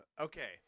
Okay